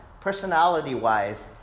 Personality-wise